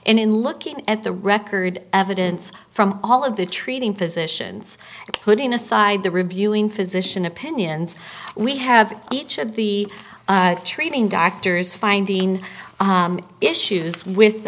in looking at the record evidence from all of the treating physicians putting aside the reviewing physician opinions we have each of the treating doctors finding issues with